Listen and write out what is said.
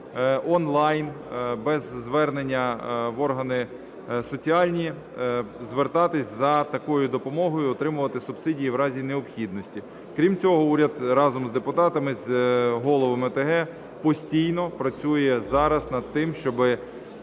онлайн, без звернення в органи соціальні, звертатися за такою допомогою і отримувати субсидії в разі необхідності. Крім цього, уряд разом з депутатами, з головами ОТГ, постійно працює зараз над тим, щоби